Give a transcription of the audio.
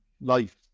life